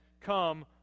Come